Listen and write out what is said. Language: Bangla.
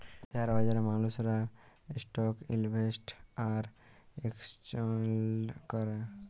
শেয়ার বাজারে মালুসরা ইসটক ইলভেসেট আর একেসচেলজ ক্যরে